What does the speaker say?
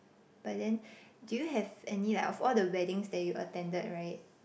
but then do you have any like all the weddings that you attended right